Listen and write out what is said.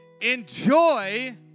Enjoy